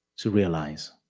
to realize.